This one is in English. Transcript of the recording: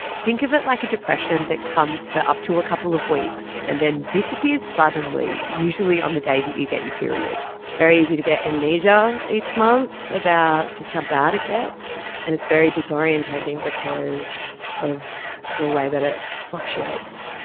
think of it like a depression that comes for up to a couple of weeks and then disappears suddenly, usually on the day that you get your period. it's very easy to get amnesia each month about just how bad it gets, and it's very disorientating because of the way that it fluctuates.